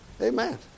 Amen